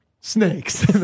snakes